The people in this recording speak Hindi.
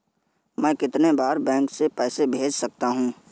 मैं कितनी बार बैंक से पैसे भेज सकता हूँ?